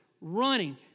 running